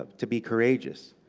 ah to be courageous.